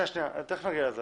תכף נגיע לזה.